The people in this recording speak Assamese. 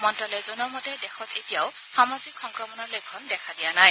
মন্ত্যালয়ে জনোৱা মতে দেশত এতিয়াও সামাজিক সংক্ৰমণৰ লক্ষণ দেখা দিয়া নাই